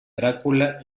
drácula